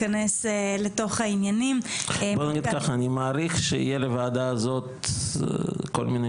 אני מעריך שיהיה לוועדה הזאת כל מיני